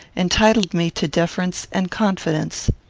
entitled me to deference and confidence.